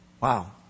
Wow